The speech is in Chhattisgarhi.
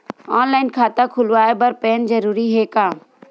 ऑनलाइन खाता खुलवाय बर पैन जरूरी हे का?